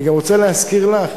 אני גם רוצה להזכיר לך